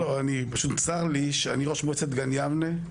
רק אני פשוט צר לי שאני ראש מועצת גן יבנה,